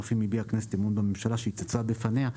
אף אם הביעה הכנסת אמון בממשלה שהתייצבה בפניה".